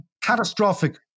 Catastrophic